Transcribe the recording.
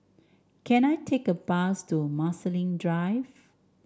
can I take a bus to Marsiling Drive